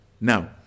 now